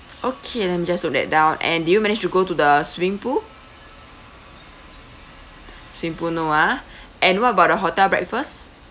okay let me just note that down and did you manage to go to the swimming pool swimming pool no ah and what about the hotel breakfast